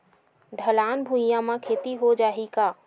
ढलान भुइयां म खेती हो जाही का?